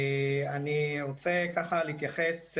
אני רוצה ככה להתייחס.